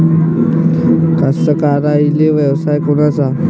कास्तकाराइले पूरक व्यवसाय कोनचा?